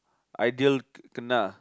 Aidil kena